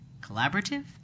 collaborative